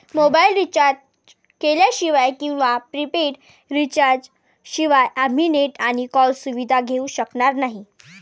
mobile recharge केल्याशिवाय किंवा prepaid recharge शिवाय आम्ही नेट आणि कॉल सुविधा घेऊ शकणार नाही